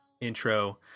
intro